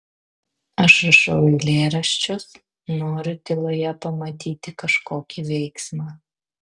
aš rašau eilėraščius noriu tyloje pamatyti kažkokį veiksmą